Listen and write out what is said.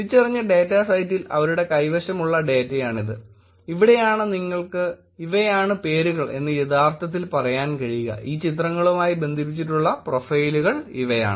തിരിച്ചറിഞ്ഞ ഡേറ്റ സെറ്റിൽ അവരുടെ കൈവശമുള്ള ഡേറ്റയാണിത് ഇവിടെയാണ് നിങ്ങൾക്ക് ഇവയാണ് പേരുകൾ എന്ന് യഥാർത്ഥത്തിൽ പറയാൻ കഴിയുക ഈ ചിത്രങ്ങളുമായി ബന്ധിപ്പിച്ചിട്ടുള്ള പ്രൊഫൈലുകൾ ഇവയാണ്